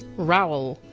rowel,